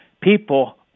people